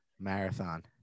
marathon